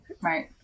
Right